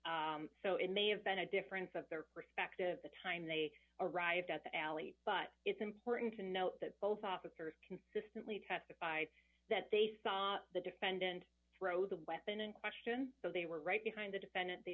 alley so it may have been a difference of their perspective the time they arrived at the alley but it's important to note that both officers consistently testified that they saw the defendant throw the weapon in question so they were right behind the defendant they